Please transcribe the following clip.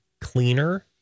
cleaner